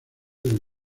del